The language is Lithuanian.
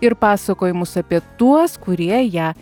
ir pasakojimus apie tuos kurie ją